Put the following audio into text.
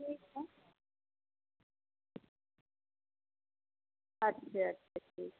ठीक है अच्छा अच्छा ठीक